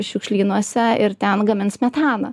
šiukšlynuose ir ten gamins metaną